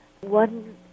One